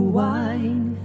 wine